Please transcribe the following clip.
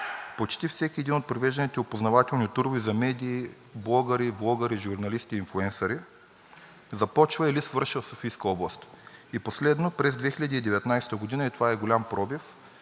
Почти всеки един от провежданите опознавателни турове за медии, блогъри, влогъри, журналисти и нфлуенсъри започва или свършва в Софийска област. И последно. През 2019 г., това е голям пробив,